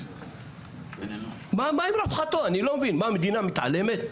אני לא מבין, המדינה מתעלמת?